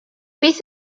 beth